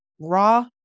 raw